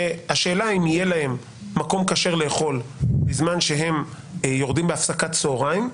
שהשאלה אם יהיה להם מקום כשר לאכול בזמן שהם יורדים בהפסקת צוהריים,